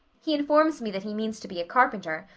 he informs me that he means to be a carpenter,